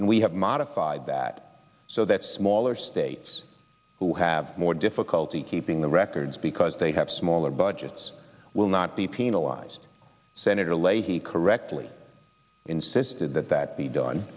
and we have modified that so that smaller states who have more difficulty keeping the records because they have smaller budgets will not be penalized senator leahy correctly insisted that that be done